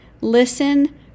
listen